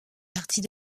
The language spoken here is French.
partie